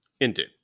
Indeed